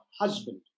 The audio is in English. husband